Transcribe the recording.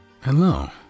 Hello